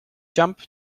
jump